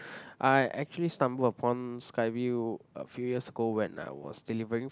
I actually stumble upon Skyview a few years ago when I was delivering